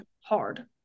hard